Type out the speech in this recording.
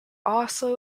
also